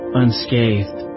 unscathed